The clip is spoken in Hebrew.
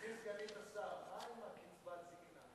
גברתי סגנית השר, מה עם קצבת הזיקנה?